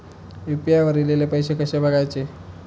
UPI वर ईलेले पैसे कसे बघायचे?